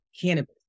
cannabis